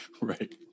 Right